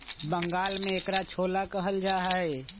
बंगाल में एकरा छोला कहल जाहई